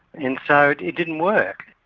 and so it didn't work.